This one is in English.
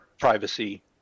Privacy